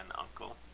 uncle